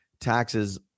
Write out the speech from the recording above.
taxes